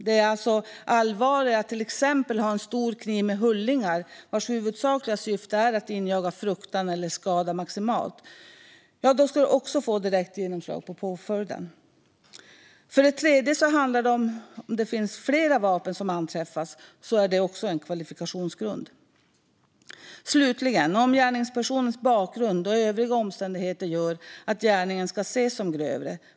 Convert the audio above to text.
Det är alltså allvarligare att ha till exempel en stor kniv med hullingar vars huvudsakliga syfte är att injaga fruktan eller skada maximalt, och då ska det också få direkt genomslag för påföljden. Den tredje handlar om huruvida det är flera vapen som anträffas. Det är också en kvalifikationsgrund. Den fjärde är att gärningspersonens bakgrund och övriga omständigheter kan göra att gärningen ska ses som grövre.